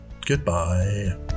Goodbye